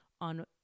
on